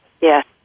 yes